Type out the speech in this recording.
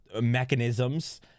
mechanisms